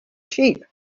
sheep